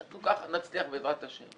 נצליח בעזרת השם.